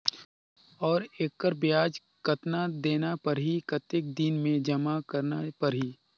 और एकर ब्याज कतना देना परही कतेक दिन मे जमा करना परही??